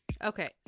okay